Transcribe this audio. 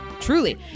Truly